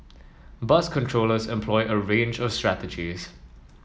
bus controllers employ a range of strategies